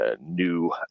new